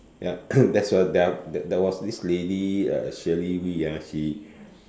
ya that's why there there was this lady uh Shirley Wee ah she